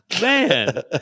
Man